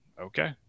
Okay